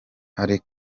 hari